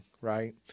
right